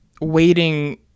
Waiting